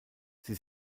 sie